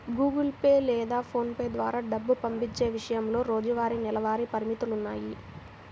Google Pay లేదా PhonePe ద్వారా డబ్బు పంపించే విషయంలో రోజువారీ, నెలవారీ పరిమితులున్నాయి